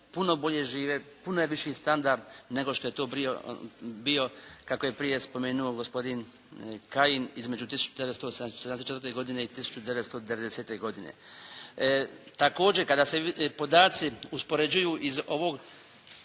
puno bolje žive, puno je viši standard nego što je to bio kako je prije spomenuo gospodin Kajin između 1974. godine i 1990. godine. Također kada se podaci uspoređuju iz ovog